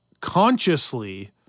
consciously